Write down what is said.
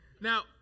Now